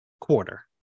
quarter